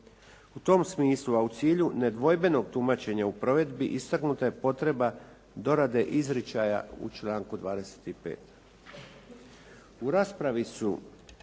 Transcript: U tom smislu a u cilju nedvojbenog tumačenja u provedbi istaknuta je potreba dorade izričaja u članku 25.